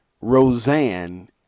Roseanne